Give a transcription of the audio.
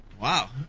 Wow